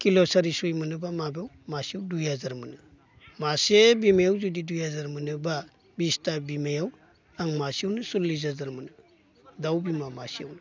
kilo सारिस'यै मोनोब्ला माबायाव मासेयाव दुइ हाजार मोनो मासे बिमायाव जुदि दुइ हाजार मोनोबा बिसथा बिमायाव आं मासेयावनो सल्लिस हाजार मोनो दाउ बिमा मासेयावनो